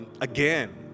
again